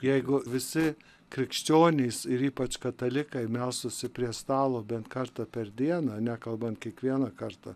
jeigu visi krikščionys ir ypač katalikai melstųsi prie stalo bent kartą per dieną nekalbant kiekvieną kartą